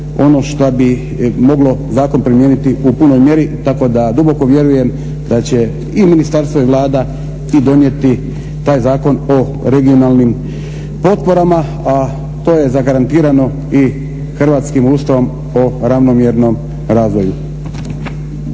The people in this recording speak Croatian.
ono što bi moglo zakon primijeniti u punoj mjeri. Tako da duboko vjerujem i ministarstvo i Vlada i donijeti taj Zakon o regionalnim potporama. A to je zagarantirano i hrvatskim Ustavom o ravnomjernom razvoju.